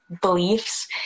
beliefs